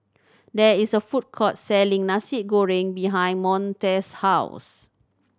there is a food court selling Nasi Goreng behind Monte's house